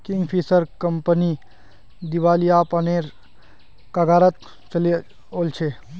Kingfisher company दिवालियापनेर कगारत चली ओल छै